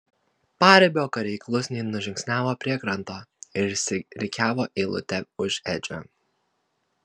paribio kariai klusniai nužingsniavo prie kranto ir išsirikiavo eilute už edžio